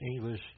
English